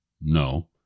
No